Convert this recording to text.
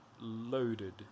loaded